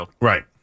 Right